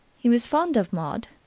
he was fond of maud,